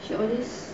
she always